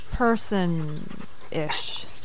Person-ish